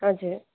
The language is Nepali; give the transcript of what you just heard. हजुर